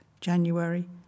January